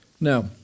Now